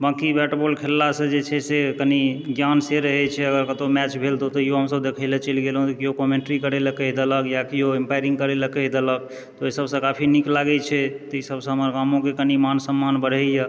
बाकी bat ball खेललासँ जे छै से कनि ज्ञान से रहै छै अगर कतहुँ मैच भेल ताहिओ हमसभ देखय लऽ चलि गेलहुँ केओ कमेन्ट्री करयलऽ कहि देलक या केओ इम्पायरिंग करै लऽ कहि देलक तऽ ओहि सभसँ काफी नीक लागै छै तऽ ई सभसे हमर गामोके कनि मान सम्मान बढ़ैए